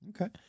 Okay